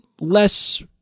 less